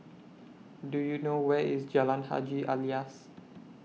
Do YOU know Where IS Jalan Haji Alias